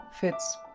fits